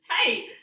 hey